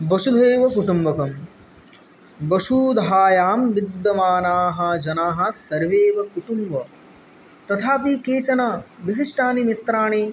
वसुधैव कुटुम्बकं वसुधायां विद्यमानाः जनाः सर्वेव कुटुम्ब तथापि केचन विशिष्टानि मित्राणि